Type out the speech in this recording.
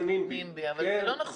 אבל זה לא נכון.